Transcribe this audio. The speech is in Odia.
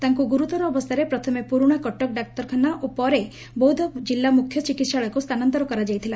ତାଙ୍ଙୁ ଗୁରୁତର ଅବସ୍ଥାରେ ପ୍ରଥମେ ପୁରୁଶା କଟକ ଡାକ୍ତରଖାନା ଓ ପରେ ବୌଦ ଜିଲ୍ଲା ମୁଖ୍ୟ ଚିକିହାଳୟକୁ ସ୍ରାନାନ୍ନର କରାଯାଇଥିଲା